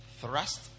thrust